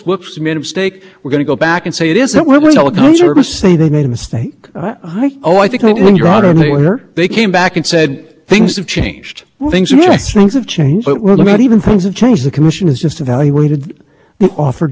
how do you build a network how do you get access to rights of way my companies in order to get access rights we have to be a regulated telecommunications care why because congress reserved access to those rights of way to regulated entities so the guys